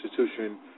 institution